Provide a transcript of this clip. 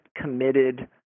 committed